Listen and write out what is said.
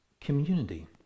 community